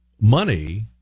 money